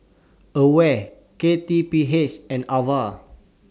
AWARE K T P H and AVA